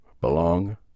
belong